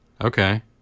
Okay